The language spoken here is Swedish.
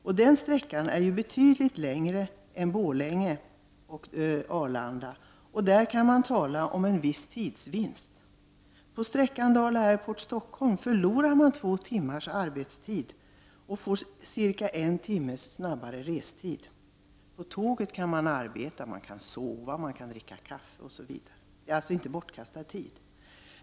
Och den sträckan är ju betydligt längre än sträckan Borlänge— Arlanda. På sträckan Göteborg—Stockholm kan man alltså tala om en viss tidsvinst. På sträckan Dala Airport—Stockholm förlorar man två timmars arbetstid och får ca 1 timmes snabbare restid. På tåget kan man arbeta, sova, dricka kaffe, osv. Det är alltså inte bortkastad tid.